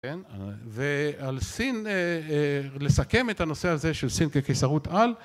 כן, ועל סין, לסכם את הנושא הזה של סין כקיסרות על